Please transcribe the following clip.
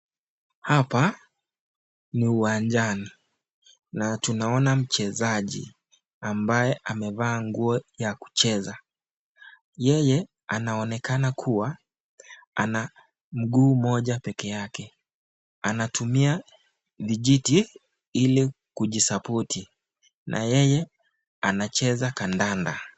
Hapa ni uwanjani na tunaona mchezaji, ambaye amevaa nguo ya kucheza, yeye anaonekana kuwa ana mguu moja pekee yake, anatumia vijiti ili kujisapoti, na yeye anacheza kandanda.